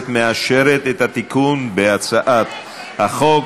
הפנים והגנת הסביבה בדבר תיקון טעות בהצעת חוק